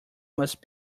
must